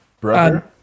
brother